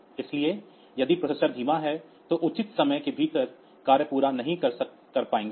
इसलिए यदि प्रोसेसर धीमा है तो उचित समय के भीतर कार्य पूरा नहीं कर पाएंगे